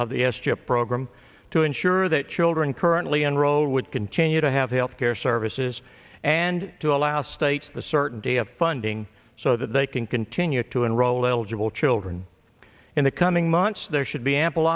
of the s chip program to ensure that children currently enrolled would continue to have health care services and to allow states the certainty of funding so that they can continue to enroll eligible children in the coming months there should be ample